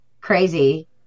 crazy